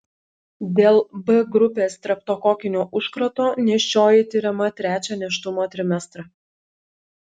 dėl b grupės streptokokinio užkrato nėščioji tiriama trečią nėštumo trimestrą